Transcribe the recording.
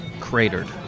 cratered